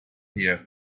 here